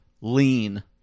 lean